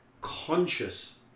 conscious